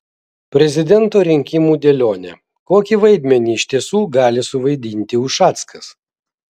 prezidento rinkimų dėlionė kokį vaidmenį iš tiesų gali suvaidinti ušackas